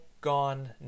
gone